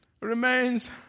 remains